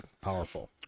powerful